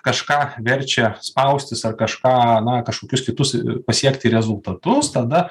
kažką verčia spaustis ar kažką na kažkokius kitus pasiekti rezultatus tada